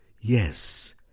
yes